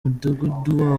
mudugudu